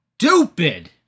stupid